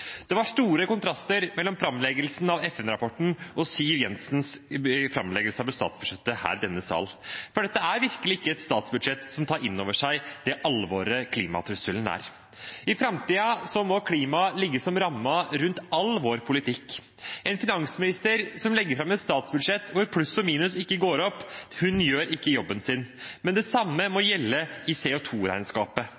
Det var store kontraster mellom framleggelsen av FN-rapporten og Siv Jensens framleggelse av statsbudsjettet her i denne salen. Dette er virkelig ikke et statsbudsjett som tar innover seg hvor alvorlig klimatrusselen er. I framtiden må klima være rammen rundt all vår politikk. En finansminister som legger fram et statsbudsjett hvor pluss og minus ikke går opp, gjør ikke jobben sin. Det samme må